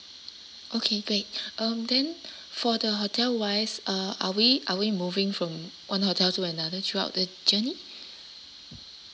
okay great um then for the hotel wise uh are we are we moving from one hotel to another throughout the journey